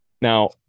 Now